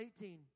18